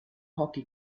hockey